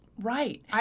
Right